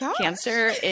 cancer